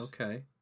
okay